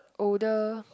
older